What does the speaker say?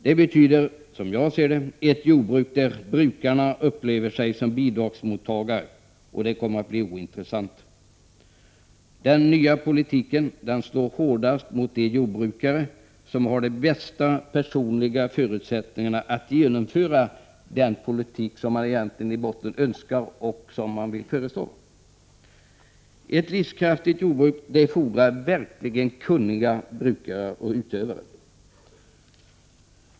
Det betyder, som jag ser det, ett jordbruk där brukarna upplever sig som bidragsmottagare, och det kommer att bli ointressant. Den nya politiken slår hårdast mot de jordbrukare som har de bästa personliga förutsättningarna att genomföra den politik som man egentligen önskar. Ett livskraftigt jordbruk fordrar verkligt kunniga utövare.